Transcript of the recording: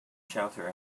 shelter